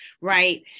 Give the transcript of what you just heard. right